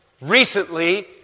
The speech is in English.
recently